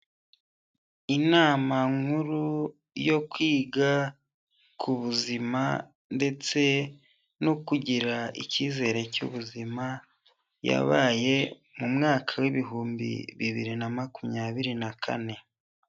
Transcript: Inama nkuru yo kwiga ku buzima ndetse no kugira icyizere cy'ubuzima yabaye mu mwaka wibihumbi bibiri na makumyabiri na kane.